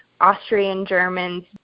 Austrian-Germans